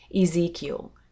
Ezekiel